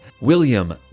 William